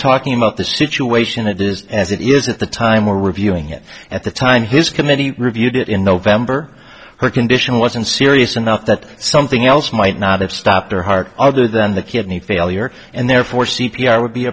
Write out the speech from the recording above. talking about the situation it is as it is at the time we're reviewing it at the time his committee reviewed it in november her condition wasn't serious enough that something else might not have stopped her heart other than the kidney failure and therefore c p r would be